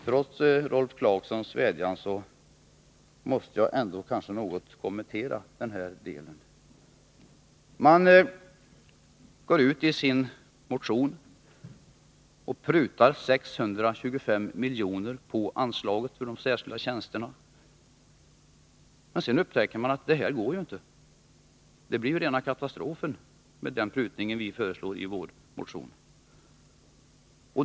Trots Rolf Clarksons vädjan måste jag ändå något kommentera denna del. I sin motion prutar moderaterna 625 milj.kr. på anslaget till de särskilda tjänsterna. Men sedan upptäcker man att detta inte går, eftersom den prutning man föreslår i sin motion medför rena katastrofen.